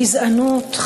גזענות,